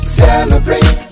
celebrate